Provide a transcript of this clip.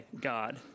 God